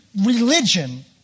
religion